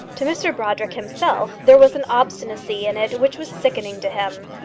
to mr brodrick himself there was an obstinacy in it which was sickening to him.